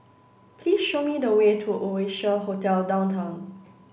please show me the way to Oasia Hotel Downtown